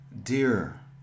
Dear